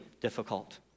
difficult